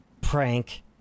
prank